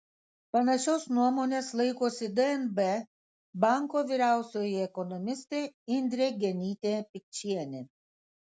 panašios nuomonės laikosi dnb banko vyriausioji ekonomistė indrė genytė pikčienė